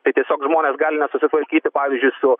tai tiesiog žmonės gali nesusitvarkyti pavyzdžiui su